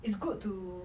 it's good to